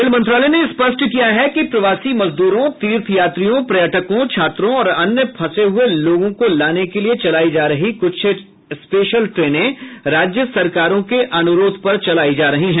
rail मंत्रालय ने स्पष्ट किया है कि प्रवासी मजदूरों तीर्थयात्रियों पर्यटकों छात्रों और अन्य फंसे हुए लोगों को लाने के लिए चलाई जा रही कुछ ट्रेनें राज्य सरकारों के अनुरोध पर चलाई जा रही हैं